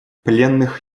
пленных